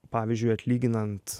pavyzdžiui atlyginant